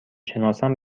شناسم